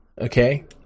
Okay